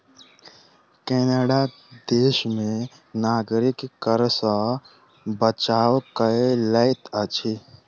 Canada देश में नागरिक कर सॅ बचाव कय लैत अछि